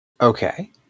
Okay